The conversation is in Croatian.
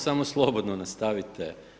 Samo slobodno nastavite.